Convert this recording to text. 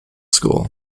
school